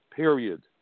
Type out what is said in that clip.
Period